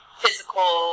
physical